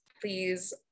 please